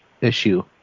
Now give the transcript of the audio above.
issue